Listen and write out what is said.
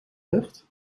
lucht